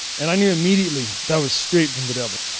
and i knew immediately that was straight from the devil. yeah